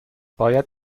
باید